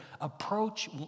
approach